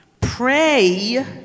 Pray